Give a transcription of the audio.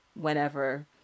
whenever